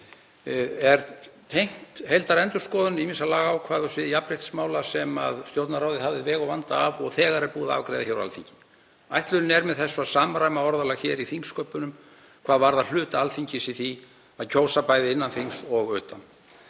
er tengt heildarendurskoðun ýmissa lagaákvæða á sviði jafnréttismála sem Stjórnarráðið hafði veg og vanda af og þegar er búið að afgreiða hér á Alþingi. Ætlunin er með þessu að samræma orðalag í þingsköpunum hvað varðar hlut Alþingis í því að kjósa bæði innan þings og utan.